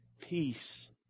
peace